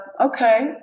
okay